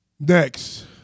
Next